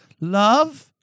love